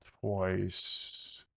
twice